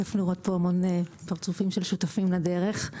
כיף לראות פה המון פרצופים של שותפים לדרך.